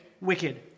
wicked